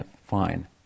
fine